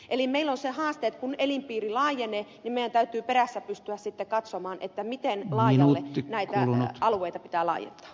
eli meillä on se haaste että kun elinpiiri laajenee niin meidän täytyy perässä pystyä sitten katsomaan miten laajalle näitä alueita pitää laajentaa